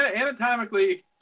anatomically